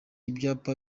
ibyapa